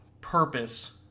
purpose